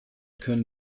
können